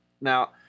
Now